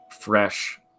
fresh